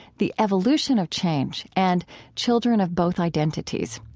the evolution of change, and children of both identities.